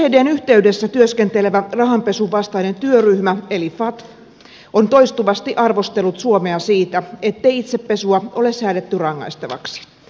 oecdn yhteydessä työskentelevä rahanpesun vastainen työryhmä eli fatf on toistuvasti arvostellut suomea siitä ettei itsepesua ole säädetty rangaistavaksi